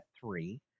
three